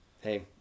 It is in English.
hey